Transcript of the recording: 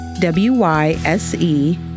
W-Y-S-E